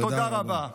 תודה רבה.